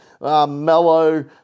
Mellow